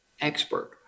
expert